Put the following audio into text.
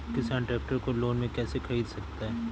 किसान ट्रैक्टर को लोन में कैसे ख़रीद सकता है?